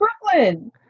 Brooklyn